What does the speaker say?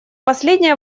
последняя